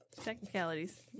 technicalities